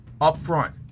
upfront